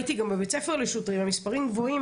הייתי גם בבית ספר לשוטרים, המספרים גבוהים.